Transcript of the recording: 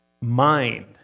mind